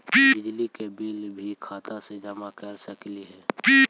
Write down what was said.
बिजली के बिल भी खाता से जमा कर सकली ही?